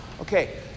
okay